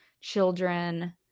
children